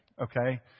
Okay